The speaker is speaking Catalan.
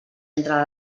entre